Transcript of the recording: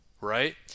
right